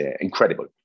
incredible